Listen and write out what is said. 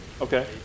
Okay